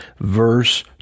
verse